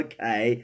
Okay